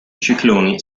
cicloni